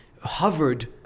hovered